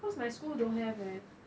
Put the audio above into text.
cause my school don't have leh